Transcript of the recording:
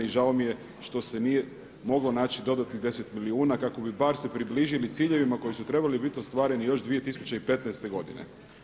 I žao mi je što se nije moglo naći dodatnih 10 milijuna kako bi bar se približili ciljevima koji su trebali biti ostvareni još 2015. godine.